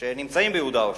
שנמצאים ביהודה ושומרון?